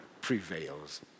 prevails